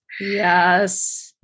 Yes